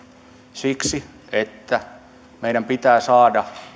siksi että meidän pitää saada